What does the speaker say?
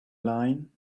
line